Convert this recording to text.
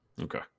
Okay